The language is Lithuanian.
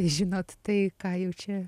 žinot tai ką jau čia